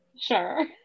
Sure